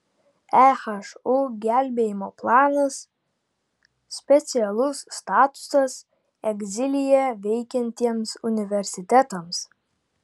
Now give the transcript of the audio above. ehu gelbėjimo planas specialus statusas egzilyje veikiantiems universitetams